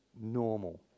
normal